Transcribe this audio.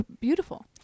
beautiful